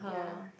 ya